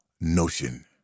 notion